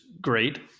great